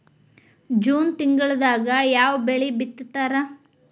June ತಿಂಗಳದಾಗ ಯಾವ ಬೆಳಿ ಬಿತ್ತತಾರ?